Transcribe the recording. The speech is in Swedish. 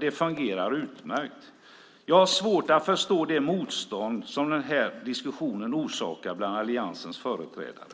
Det fungerar utmärkt. Jag har svårt att förstå det motstånd som den här diskussionen orsakar bland alliansens företrädare,